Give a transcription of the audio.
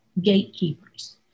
gatekeepers